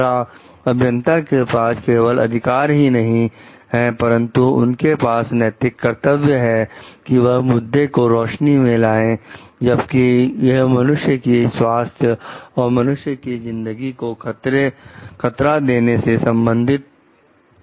दूसरा अभियंता के पास केवल अधिकार ही नहीं है परंतु उनके पास नैतिक कर्तव्य है कि वह मुद्दे को रोशनी में लाएं जबकि यह मनुष्य की स्वास्थ्य और मनुष्य की जिंदगी को खतरा देने से संबंधित हो तब